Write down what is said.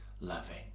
loving